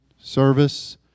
service